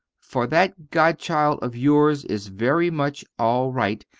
for that godchild of yours is very much all right,